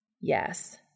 yes